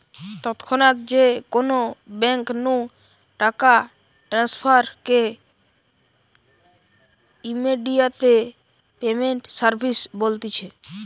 তৎক্ষণাৎ যে কোনো বেঙ্ক নু টাকা ট্রান্সফার কে ইমেডিয়াতে পেমেন্ট সার্ভিস বলতিছে